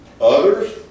others